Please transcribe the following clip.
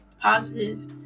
positive